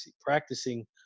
practicing